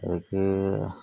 அதுக்கு